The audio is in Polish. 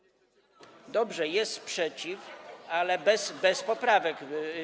Dobrze, jest sprzeciw, ale bez poprawek.